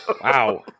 Wow